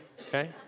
okay